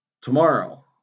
Tomorrow